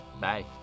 Bye